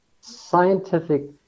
scientific